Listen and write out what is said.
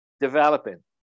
developing